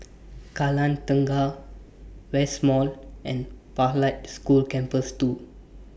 Kallang Tengah West Mall and Pathlight School Campus two